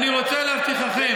אני רוצה להבטיחכם,